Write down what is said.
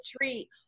treat